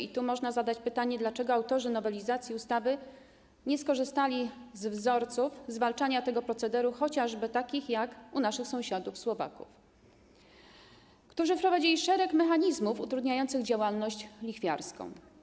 I tu można zadać pytanie, dlaczego autorzy nowelizacji ustawy nie skorzystali z wzorców zwalczania tego procederu chociażby takich, jak u naszych sąsiadów Słowaków, którzy wprowadzili szereg mechanizmów utrudniających działalność lichwiarską.